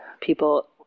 People